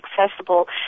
accessible